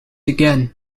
again